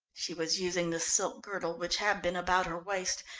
she was using the silk girdle which had been about her waist,